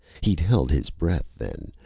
he'd held his breath then,